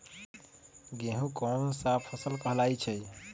गेहूँ कोन सा फसल कहलाई छई?